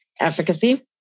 efficacy